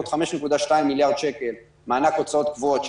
עוד 5.2 מיליארד שקל מענק הוצאות קבועות,